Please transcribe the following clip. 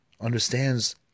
understands